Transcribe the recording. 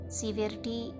severity